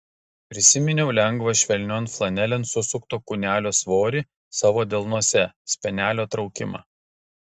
prisiminiau lengvą švelnion flanelėn susukto kūnelio svorį savo delnuose spenelio traukimą